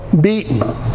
beaten